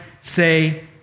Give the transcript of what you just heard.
say